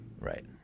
Right